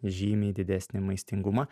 žymiai didesnį maistingumą